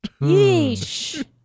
Yeesh